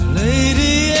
lady